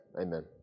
Amen